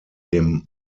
dem